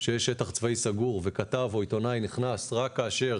שיש שטח צבאי סגור וכתב או עיתונאי נכנס רק כאשר